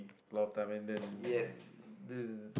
a lot of time and then this is